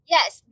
Yes